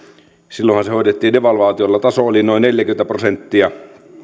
silloinhan se hoidettiin devalvaatiolla taso oli noin neljäkymmentä prosenttia